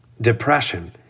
Depression